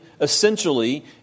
essentially